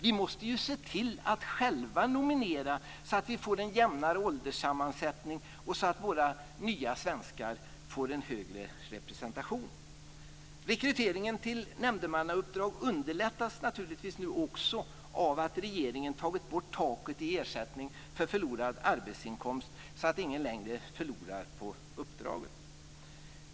Vi måste se till att själva nominera så att det blir en jämnare ålderssammansättning och så att det blir en större representation av våra nya svenskar. Rekryteringen till nämndemannauppdrag underlättas naturligtvis nu av att regeringen har tagit bort taket i ersättning för förlorad arbetsinkomst, så att ingen längre förlorar på uppdraget.